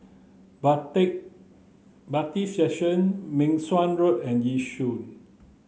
Bailiff' Section Meng Suan Road and Yishun